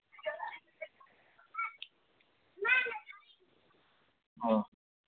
ꯑꯥ